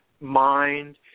mind